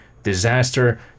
disaster